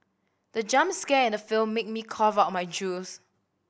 the jump scare in the film made me cough out my juice